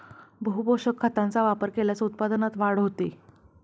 बहुपोषक खतांचा वापर केल्यास उत्पादनात वाढ होते